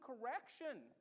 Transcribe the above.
correction